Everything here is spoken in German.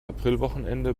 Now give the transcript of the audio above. aprilwochenende